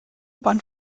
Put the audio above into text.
bahn